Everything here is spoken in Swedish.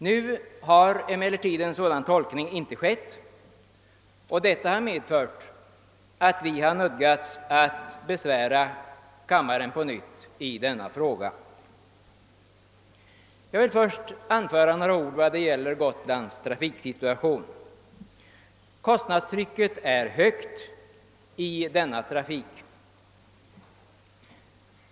Nu har en sådan tolkning icke gjorts, och detta har medfört att vi har nödgats besvära kammaren på nytt i denna fråga. Jag vill först säga några ord om Gotlands trafiksituation. Kostnadstrycket är högt i denna trafik.